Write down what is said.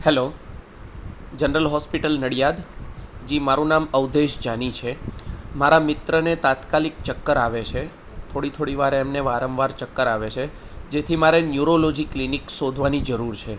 hello general hospital Nadiad ji મારું નામ અવધેશ જાની છે મારા મિત્રને તાત્કાલિક ચક્કર આવે છે થોડી થોડી વારે એમને વારંવાર ચક્કર આવે છે જેથી મારે ન્યુરોલોજી ક્લિનિક શોધવાની જરૂર છે